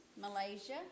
Malaysia